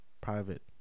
private